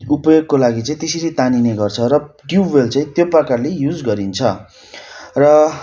उपयोगको लागि चाहिँ त्यसरी तानिने गर्छ र ट्युबवेल चाहिँ त्यो प्रकारले युज गरिन्छ र